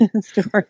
story